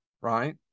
Right